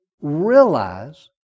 realize